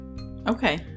Okay